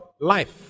life